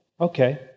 Okay